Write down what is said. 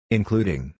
Including